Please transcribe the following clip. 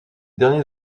derniers